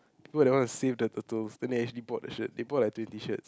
they want to save the turtle then they actually bought the shirt they bought like twenty shirts